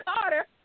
Carter